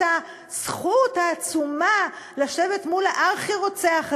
הזכות העצומה לשבת מול הארכי-רוצח הזה,